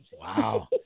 Wow